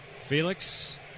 Felix